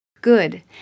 Good